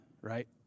right